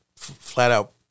flat-out